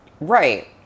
Right